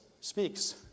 speaks